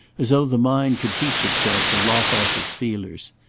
as though the mind could teach itself to lop off its feelers.